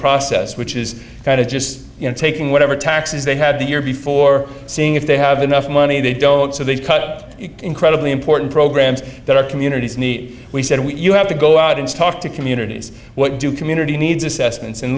process which is kind of just you know taking whatever taxes they had the year before seeing if they have enough money they don't so they've cut it incredibly important programs that our communities need we said we have to go out and talk to communities what do community needs assessments